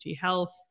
Health